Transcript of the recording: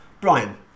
Brian